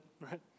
right